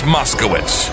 Moskowitz